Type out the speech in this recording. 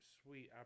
sweet